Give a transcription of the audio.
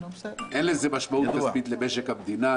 אין לזה משמעות כספית למשק המדינה,